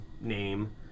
name